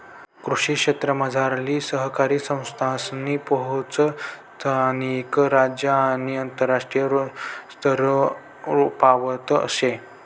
कृषी क्षेत्रमझारली सहकारी संस्थासनी पोहोच स्थानिक, राज्य आणि आंतरराष्ट्रीय स्तरपावत शे